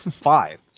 Five